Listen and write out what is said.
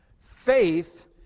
faith